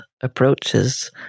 approaches